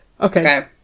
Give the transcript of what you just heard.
okay